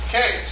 Okay